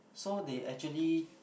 so they actually